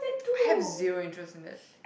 I have zero interest in that